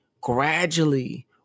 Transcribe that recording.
gradually